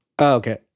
okay